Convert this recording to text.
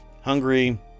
hungary